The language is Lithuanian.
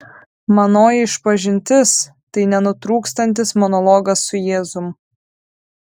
manoji išpažintis tai nenutrūkstantis monologas su jėzum